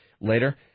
later